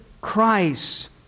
Christ